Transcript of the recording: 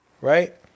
right